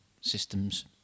systems